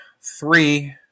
three